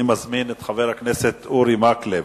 אני מזמין את חבר הכנסת אורי מקלב.